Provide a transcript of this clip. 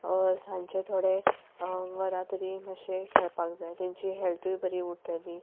सांजचें थोडे वरां तरी मातशें खेळपाक जाय तेंची हॅल्तूय बरी उरतली